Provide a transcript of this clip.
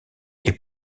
est